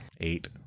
eight